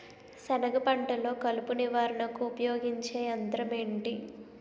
సెనగ పంటలో కలుపు నివారణకు ఉపయోగించే యంత్రం ఏంటి?